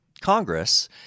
Congress